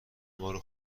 مارو